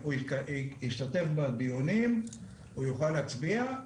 הוא ישתתף בדיונים, הוא יוכל להצביע.